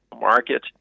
market